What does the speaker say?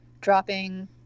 dropping